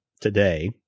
today